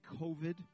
COVID